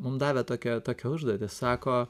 mum davė tokią tokią užduotį sako